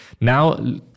Now